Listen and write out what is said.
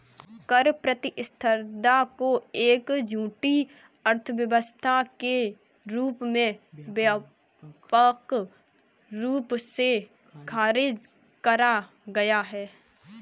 कर प्रतिस्पर्धा को एक झूठी अर्थव्यवस्था के रूप में व्यापक रूप से खारिज करा गया है